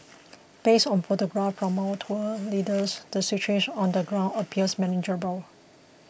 based on photographs from our tour leaders the situation on the ground appears manageable